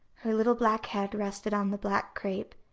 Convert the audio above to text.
her little black head resting on the black crape,